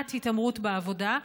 למניעת התעמרות בעבודה,